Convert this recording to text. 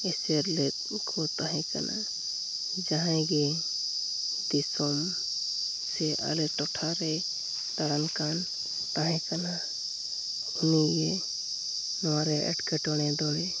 ᱮᱥᱮᱨᱞᱮᱫ ᱠᱚ ᱛᱟᱦᱮᱸ ᱠᱟᱱᱟ ᱡᱟᱦᱟᱸᱭᱜᱮ ᱫᱤᱥᱚᱢ ᱥᱮ ᱟᱞᱮ ᱴᱚᱴᱷᱟᱨᱮ ᱫᱟᱬᱟᱱᱠᱟᱱ ᱛᱟᱦᱮᱸ ᱠᱟᱱᱟ ᱩᱱᱤᱜᱮ ᱱᱚᱣᱟᱨᱮ ᱮᱴᱠᱮᱴᱚᱬᱮ ᱫᱚᱭ